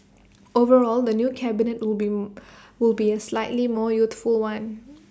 overall the new cabinet will been will be A slightly more youthful one